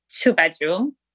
two-bedroom